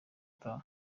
utaha